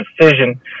decision